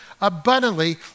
abundantly